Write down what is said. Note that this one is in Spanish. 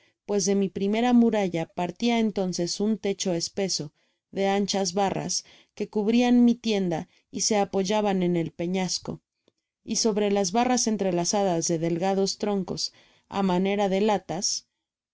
pues de mi primera muralla partia entonces un techo espeso deanchas barras que cubrian mi tienda y se apoyaban en el peñasco y sobre las barras entrelazadas de delgados troncos amanera de latas